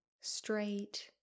straight